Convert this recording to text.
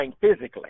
physically